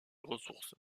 ressources